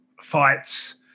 fights